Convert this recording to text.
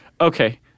Okay